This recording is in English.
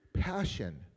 passion